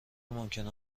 ممکنه